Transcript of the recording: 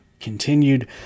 continued